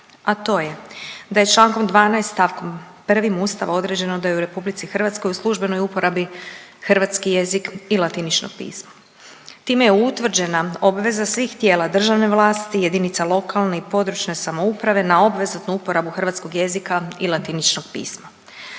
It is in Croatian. a to je da je člankom 12. stavkom 1. Ustava određeno da je u Republici Hrvatskoj u službenoj uporabi hrvatski jezik i latinično pismo. Time je utvrđena obveza svih tijela državne vlasti, jedinica lokalne i područne samouprave na obvezatnu uporabu hrvatskog jezika i latiničnog pisma.